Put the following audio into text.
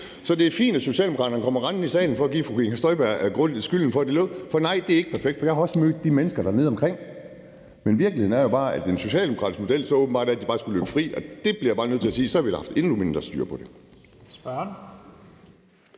Så det er fint, at Socialdemokraterne kommer rendende i salen for at give fru Inger Støjberg skylden for, at det lukkede, for nej, det er ikke perfekt, og jeg har også mødt de mennesker dernede omkring, men virkeligheden er jo, at den socialdemokratiske model åbenbart går ud på, at de bare skulle løbe frit omkring. Der bliver jeg bare nødt til at sige: Så havde vi da haft endnu mindre styr på det.